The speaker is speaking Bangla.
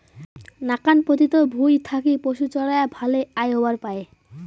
নাকান পতিত ভুঁই থাকি পশুচরেয়া ভালে আয় হবার পায়